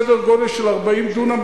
סדר-גודל של 40 דונם,